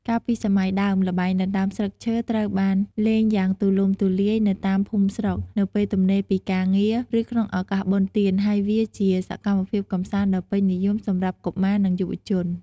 កាលពីសម័យដើម ល្បែងដណ្ដើមស្លឹកឈើត្រូវបានលេងយ៉ាងទូលំទូលាយនៅតាមភូមិស្រុក នៅពេលទំនេរពីការងារ ឬក្នុងឱកាសបុណ្យទាន ហើយវាជាសកម្មភាពកម្សាន្តដ៏ពេញនិយមសម្រាប់កុមារ និងយុវជន។